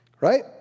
right